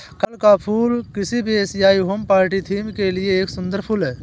कमल का फूल किसी भी एशियाई होम पार्टी थीम के लिए एक सुंदर फुल है